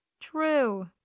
True